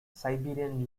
siberian